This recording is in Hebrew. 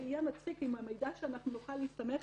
זה יהיה מצחיק אם המידע שנוכל להסתמך